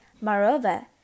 Moreover